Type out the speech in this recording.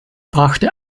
brachte